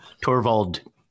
Torvald